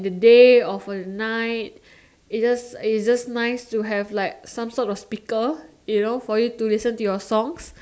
in the day of the night it just it just nice to have like some sort of speaker you know for you to listen to your songs